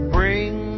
Bring